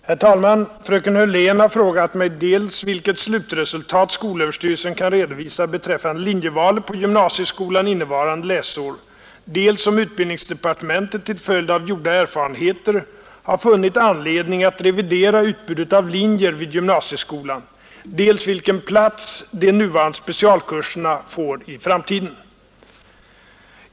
Herr talman! Fröken Hörlén har frågat mig. dels vilket slutresultat skolöverstyrelsen kan redovisa beträffande linjevalet på gymnasieskolan innevarande läsar. dels om utbildningsdepartementet till följd av gjorda erfarenheter har funnit anledning att revidera utbudet av linjer vid gymnasieskolan. dels vilken plats de nuvarande specialkurserna fär i framtiden.